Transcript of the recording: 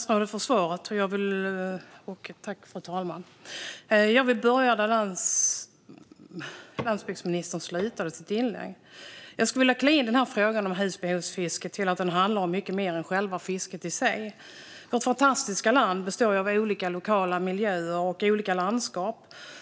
Fru talman! Jag tackar statsrådet för svaret. Jag vill börja där landsbygdsministern slutade sitt inlägg. Jag skulle vilja klä in frågan om husbehovsfiske till att den handlar om mycket mer än själva fisket i sig. Vårt fantastiska land består av olika lokala miljöer och olika landskap.